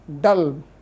dull